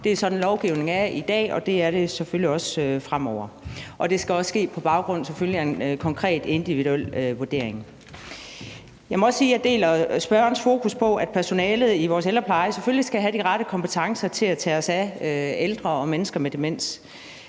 Det er sådan, lovgivningen er i dag, og det er det selvfølgelig også fremover. Og det skal selvfølgelig også ske på baggrund af en konkret individuel vurdering. Jeg må også sige, at jeg deler spørgerens fokus på, at personalet i vores ældrepleje selvfølgelig skal have de rette kompetencer til at tage sig af ældre og mennesker med demens.